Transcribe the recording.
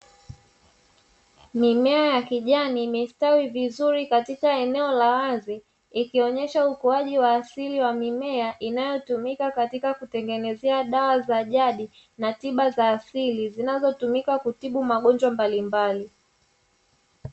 Mimea ya kijani imestawi vizuri katika eneo la wazi, ikionyesha ukuaji wa asili wa mimea inayotumika katika kutengenezea dawa za jadi na tiba za asili, zinazotumika kutibu magonjwa mbalimbali.